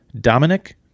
Dominic